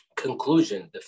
Conclusion